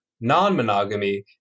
non-monogamy